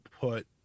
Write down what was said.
put